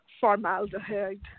formaldehyde